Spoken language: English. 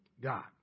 God